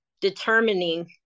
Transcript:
determining